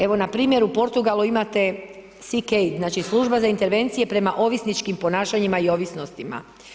Evo, npr. u Portugalu imate CK, znači služba za intervencije prema ovisničkim ponašanjima i ovisnostima.